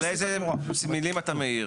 על אלו מילים אתה מעיר?